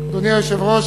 אדוני היושב-ראש,